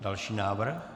Další návrh?